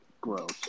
Gross